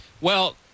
Well-